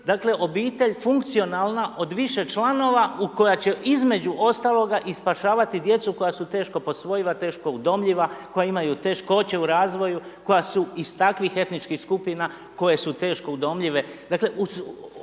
dakle, obitelj funkcionalna od više članova u koja će između ostaloga i spašavati djecu koja su teško posvojiva, teško udomljiva, koja imaju teškoće u razvoju, koja su iz takvih etičnih skupina koje su teško udomljive,